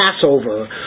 Passover